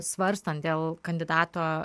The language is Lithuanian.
svarstant dėl kandidato